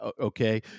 okay